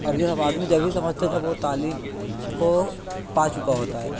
اور یہ اب آدمی جب ہی سمجھتا ہے جب وہ تعلیم کو پا چکا ہوتا ہے